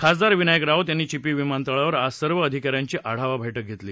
खासदार विनायक राऊत यांनी चिपी विमानतळावर आज सर्व अधिकाऱ्यांची आढावा बैठक घेतली